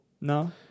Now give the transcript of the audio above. no